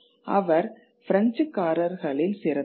அவர் பிரெஞ்சுக்காரர்களில் சிறந்தவர்